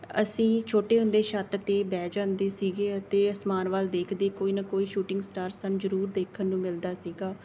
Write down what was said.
ਅਸੀਂ ਛੋਟੇ ਹੁੰਦੇ ਛੱਤ 'ਤੇ ਬਹਿ ਜਾਂਦੇ ਸੀਗੇ ਅਤੇ ਅਸਮਾਨ ਵੱਲ ਦੇਖਦੇ ਕੋਈ ਨਾ ਕੋਈ ਸ਼ੂਟਿੰਗ ਸਟਾਰ ਸਾਨੂੰ ਜ਼ਰੂਰ ਦੇਖਣ ਨੂੰ ਮਿਲਦਾ ਸੀਗਾ